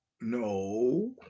no